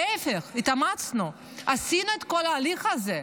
להפך, התאמצנו, עשינו את כל ההליך הזה,